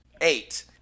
Eight